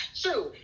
True